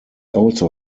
also